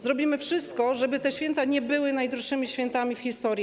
Zrobimy wszystko, żeby te święta nie były najdroższymi świętami w historii.